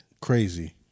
crazy